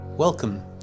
Welcome